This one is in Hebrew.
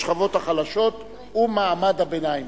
השכבות החלשות ומעמד הביניים.